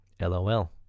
LOL